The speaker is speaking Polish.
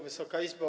Wysoka Izbo!